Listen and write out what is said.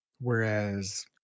Whereas